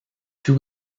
two